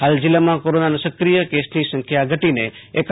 ફાલ જિલ્લામાં કોરોનાના સક્રિય કેસની સંખ્યા ઘટીને એકાવન થઇ છે